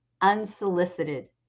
unsolicited